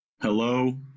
Hello